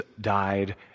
died